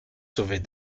sauver